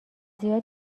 زیاد